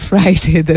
Friday